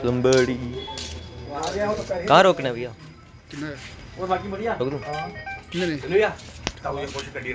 कहां रोकना है बेइया किन्ने होए बाकी